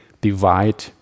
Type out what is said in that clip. divide